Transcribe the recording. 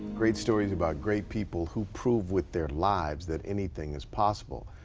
great stories about great people. who prove with their lives that anything is possible.